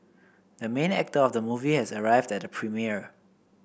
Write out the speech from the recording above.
the main actor of the movie has arrived at the premiere